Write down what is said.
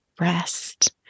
rest